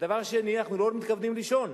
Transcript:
ודבר שני, אנחנו לא מתכוונים לישון.